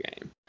game